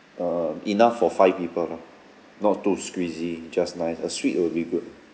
uh enough for five people lah not too squeezy just nice a suite will be good